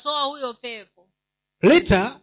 Later